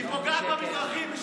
היא פוגעת במזרחים.